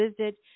visit